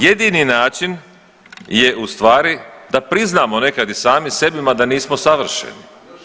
Jedini način je ustvari da priznamo nekad i sami sebima da nismo savršeni.